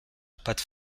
pâte